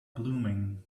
blooming